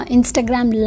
Instagram